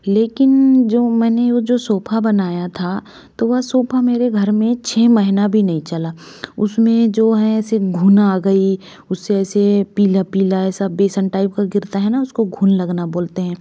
लेकिन जो मैंने वह जो सोफ़ा बनाया था तो वह सोफ़ा मेरे घर में छ महीना भी नहीं चला उसमें जो हैं सिर्फ घुन आ गई उससे ऐसे पीला पीला ऐसा बेसन टाइप का गिरता है ना उसको घुन लगना बोलते हैं